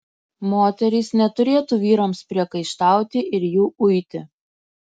moterys neturėtų vyrams priekaištauti ir jų uiti